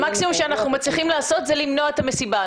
המקסימום שאנחנו מצליחים לעשות זה למנוע את המסיבה.